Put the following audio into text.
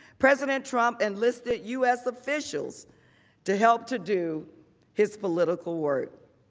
president trump enlisted u s. officials to help to do his political work.